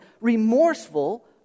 remorseful